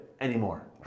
anymore